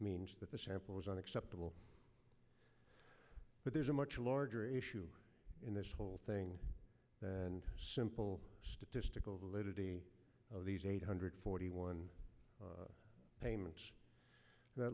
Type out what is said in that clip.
means that the shampoo was unacceptable but there's a much larger issue in this whole thing and simple statistical validity of these eight hundred forty one payments the